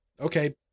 Okay